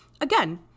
Again